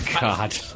God